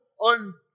on